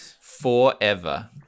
forever